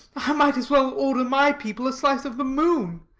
i might as well order my people a slice of the moon.